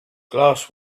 glass